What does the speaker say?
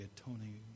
atoning